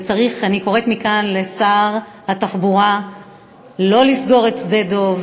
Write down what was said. ואני קוראת מכאן לשר התחבורה שלא לסגור את שדה-דב,